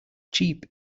cheap